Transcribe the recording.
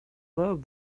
love